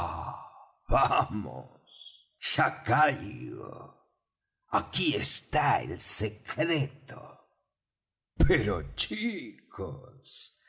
aquí está el secreto pero chicos